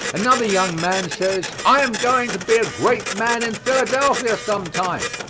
another young man says, i am going to be a great man in philadelphia some time.